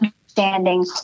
understanding